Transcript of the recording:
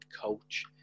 coach